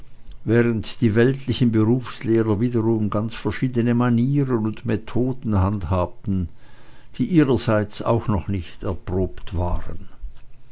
während die weltlichen berufslehrer wiederum ganz verschiedene manieren und methoden handhabten die ihrerseits auch noch nicht erprobt waren